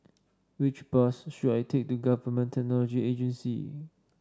which bus should I take to Government Technology Agency